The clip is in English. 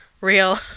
real